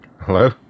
Hello